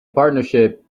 partnership